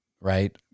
right